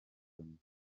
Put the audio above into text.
abasomyi